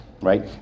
right